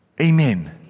Amen